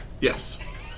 Yes